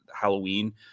Halloween